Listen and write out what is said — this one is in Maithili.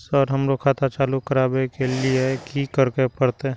सर हमरो खाता चालू करबाबे के ली ये की करें परते?